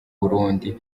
burundi